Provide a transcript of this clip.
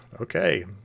okay